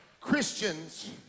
Christians